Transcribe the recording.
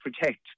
protect